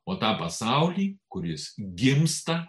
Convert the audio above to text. o tą pasaulį kuris gimsta